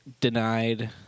denied